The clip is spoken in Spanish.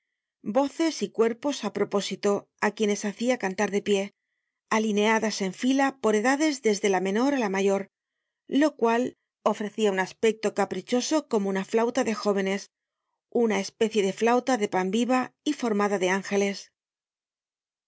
voces y cuerpos á propósito á quienes hacia cantar de pie alineadas en fila por edades desde la menor á la mayor lo cual ofrecia un aspecto caprichoso como una flauta de jóvenes una especie de flauta de pan viva y formada de ángeles